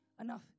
enough